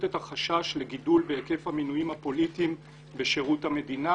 את החשש לגידול בהיקף המינויים הפוליטיים בשירות המדינה".